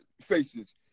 faces